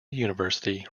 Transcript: university